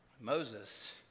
Moses